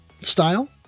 style